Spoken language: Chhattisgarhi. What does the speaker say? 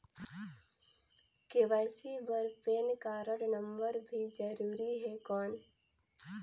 के.वाई.सी बर पैन कारड नम्बर भी जरूरी हे कौन?